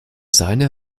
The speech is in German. seiner